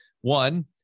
One